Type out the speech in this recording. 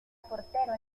portero